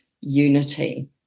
unity